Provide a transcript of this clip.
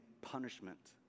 punishment